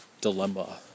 dilemma